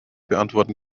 beantworten